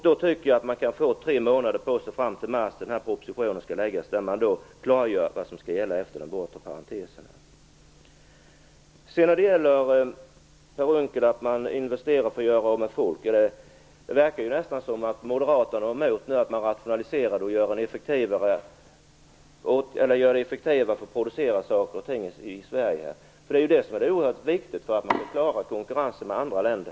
Då tycker jag att man kan få tre månader på sig fram till mars när propositionen läggs fram där man klargör vad som skall gälla efter den bortre parentesen. Per Unckel sade att man investerar för att göra av med folk. Det verkar nästan som att Moderaterna är emot att man rationaliserar och gör det effektivare att producera saker och ting i Sverige. Det är oerhört viktigt för att man skall klara konkurrensen med andra länder.